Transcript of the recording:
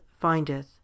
findeth